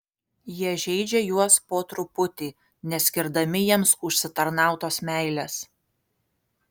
jie žeidžia juos po truputį neskirdami jiems užsitarnautos meilės